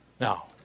Now